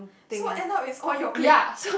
so end up is all your clique